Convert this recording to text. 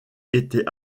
étaient